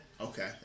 Okay